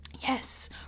Yes